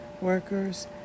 workers